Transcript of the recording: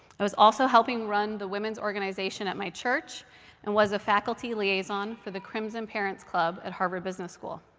i was also helping run the women's organization at my church and was a faculty liaison for the crimson parents club at harvard business school.